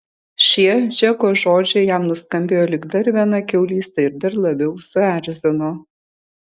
šie džeko žodžiai jam nuskambėjo lyg dar viena kiaulystė ir dar labiau suerzino